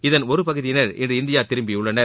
இதன் ஒரு பகுதியினர் இன்று இந்தியா திரும்பியுள்ளனர்